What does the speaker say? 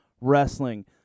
wrestling